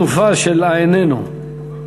זה ככה, בתנופה של ה"אינו נוכח".